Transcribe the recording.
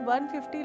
150